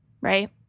Right